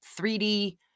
3D